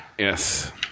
Yes